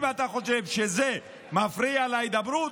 אם אתה חושב שזה מפריע להידברות,